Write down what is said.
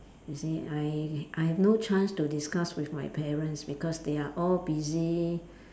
you see I I have no chance to discuss with my parents because they are all busy